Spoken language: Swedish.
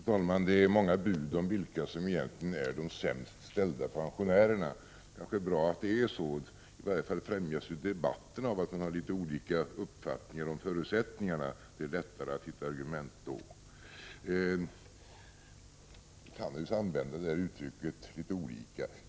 Fru talman! Det är många bud om vilka som egentligen är de sämst ställda pensionärerna, och det är kanske bra. I varje fall främjas ju debatten av att man har litet olika uppfattningar om förutsättningarna. Det blir lättare att hitta argument. Man kan naturligtvis använda det här uttrycket litet olika.